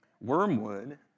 Wormwood